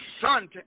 son